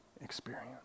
experience